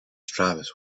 travis